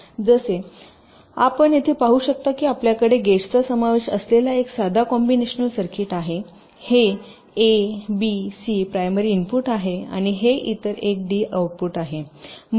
तर जसे आपण येथे पाहू शकता की आपल्याकडे गेट्सचा समावेश असलेला एक साधा कॉम्बीनेशनल सर्किट आहे ही A B C primary input आहे आणि हे इतर एक डी आउटपुट आहेत